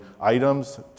items